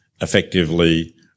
effectively